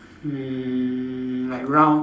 mm like round